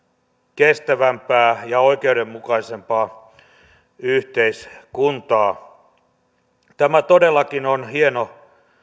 kestävämpää ja oikeudenmukaisempaa yhteiskuntaa tämä todellakin on hieno